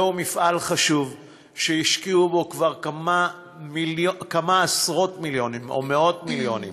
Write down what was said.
זהו מפעל חשוב שהשקיעו בו כבר כמה עשרות מיליונים או מאות מיליונים.